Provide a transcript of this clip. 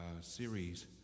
series